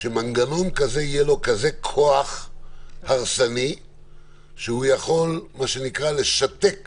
יהיה לו כזה כוח הרסני שיכול לשתק